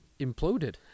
imploded